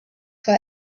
for